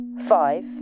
Five